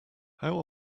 how